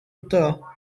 utaha